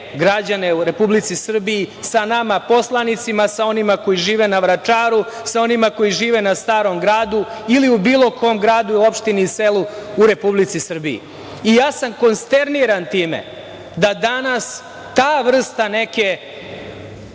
građane u Republici Srbiji sa nama poslanicima, sa onima koji žive na Vračaru, sa onima koji žive na Starom Gradu ili u bilo kom gradu, opštini, selu u Republici Srbiji. Ja sam konsterniran time da danas ta vrsta neke,